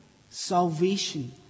salvation